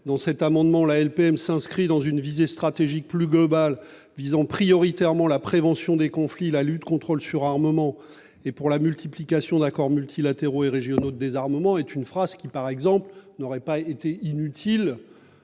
en citer d'autres :« La LPM s'inscrit dans une visée stratégique plus globale, visant prioritairement la prévention des conflits, la lutte contre le surarmement et pour la multiplication d'accords multilatéraux et régionaux de désarmement. » Cette phrase n'aurait pas été inutile